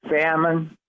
salmon